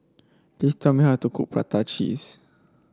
please tell me how to cook Prata Cheese